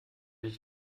ich